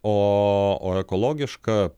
o o ekologišką